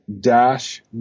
dash